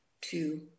two